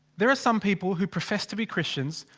there are some people who profess to be christians.